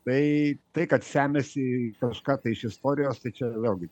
tai tai kad semiasi kažką tai iš istorijos tai čia vėlgi